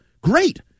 great